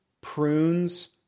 prunes